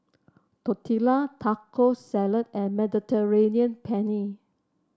Tortillas Taco Salad and Mediterranean Penne